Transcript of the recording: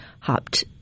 hopped